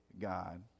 God